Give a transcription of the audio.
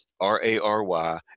r-a-r-y